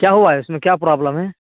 کیا ہوا اس میں کیا پرابلم ہے